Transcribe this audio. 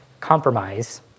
Compromise